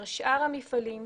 במפרץ חיפה יש כ-200 מפעלים